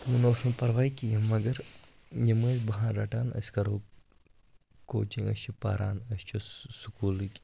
تِمن اوس نہٕ پَرواے کینٛہہ مگر یِم ٲسۍ بَہان رَٹان أسۍ کَرو کوچِنٛگ أسۍ چھِ پَران أسۍ چھِ سکوٗلٕکۍ